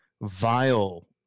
vile